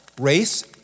Race